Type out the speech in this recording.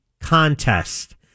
contest